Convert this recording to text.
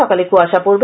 সকালে কুয়াশা পড়বে